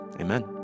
Amen